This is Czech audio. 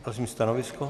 Prosím stanovisko.